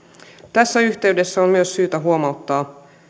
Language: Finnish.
tässä yhteydessä on myös syytä huomauttaa